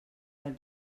del